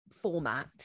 format